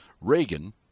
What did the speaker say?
Reagan